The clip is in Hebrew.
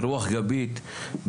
רוח גבית,